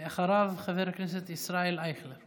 אחריו, חבר הכנסת ישראל אייכלר.